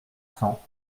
cents